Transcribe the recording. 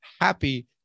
happy